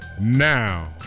Now